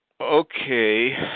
Okay